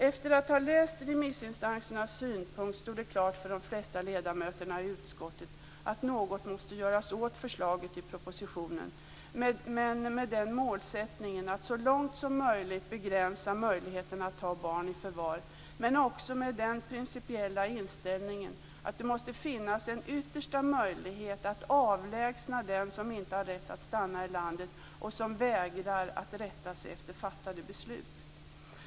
Efter att ha läst remissinstansernas synpunkter stod det klart för de flesta ledamöterna i utskottet att något måste göras åt förslaget i propositionen med den målsättningen att så långt som möjligt begränsa möjligheterna att ta barn i förvar men också med den principiella inställningen att det måste finnas en yttersta möjlighet att avlägsna den som inte har rätt att stanna i landet och som vägrar att rätta sig efter fattade beslut.